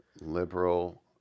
liberal